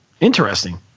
Interesting